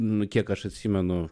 nu kiek aš atsimenu